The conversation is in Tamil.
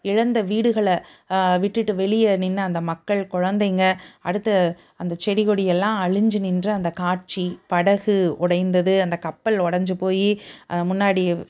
இழந்த வீடுகளை விட்டுட்டு வெளியே நின்ற அந்த மக்கள் குழந்தைங்க அடுத்து அந்த செடி கொடி எல்லாம் அழிஞ்சு நின்ற அந்த காட்சி படகு உடைந்தது அந்த கப்பல் உடைஞ்சு போய் முன்னாடி